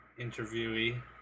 interviewee